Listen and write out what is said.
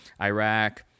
iraq